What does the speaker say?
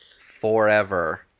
forever